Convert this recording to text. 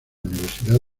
universidad